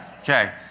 Okay